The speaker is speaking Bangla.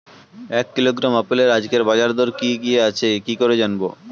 এক কিলোগ্রাম আপেলের আজকের বাজার দর কি কি আছে কি করে জানবো?